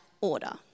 order